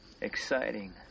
exciting